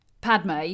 Padme